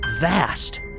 vast